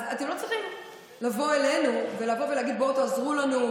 אז אתם לא צריכים לבוא אלינו ולהגיד: בואו תעזרו לנו,